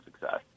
success